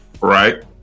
right